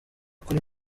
kuri